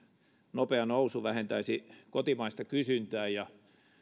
nopea nousu vähentäisi kotimaista kysyntää ja